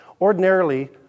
ordinarily